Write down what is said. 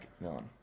villain